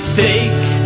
fake